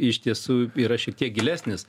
iš tiesų yra šiek tiek gilesnis